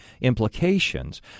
implications